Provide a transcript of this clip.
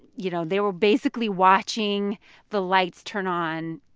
you know, they were basically watching the lights turn on,